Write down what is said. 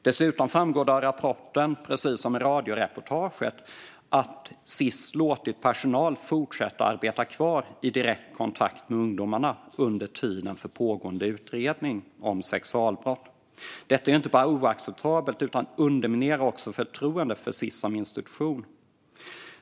Dessutom framgår det av rapporten, precis som i radioreportaget, att Sis har låtit personal arbeta kvar i direkt kontakt med ungdomarna under tiden för pågående utredning om sexualbrott. Detta är inte bara oacceptabelt utan underminerar också förtroendet för Sis som institution.